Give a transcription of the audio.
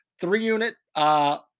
three-unit